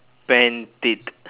pantit